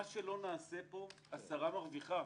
מה שלא נעשה פה, השרה מרוויחה.